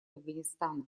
афганистана